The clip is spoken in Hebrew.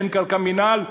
אין קרקע מינהל,